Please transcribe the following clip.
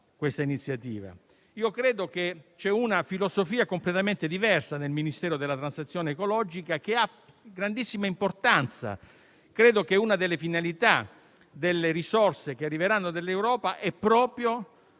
Credo vi sia una filosofia completamente diversa nel Ministero della transazione ecologica, che ha grandissima importanza. E ritengo che una delle finalità delle risorse che arriveranno dall'Europa sia proprio la transizione